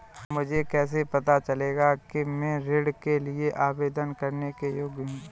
मुझे कैसे पता चलेगा कि मैं ऋण के लिए आवेदन करने के योग्य हूँ?